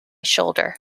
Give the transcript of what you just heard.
shoulder